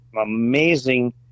amazing